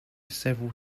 several